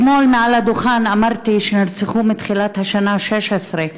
אתמול מעל הדוכן אמרתי שנרצחו מתחילת השנה 16,